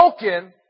broken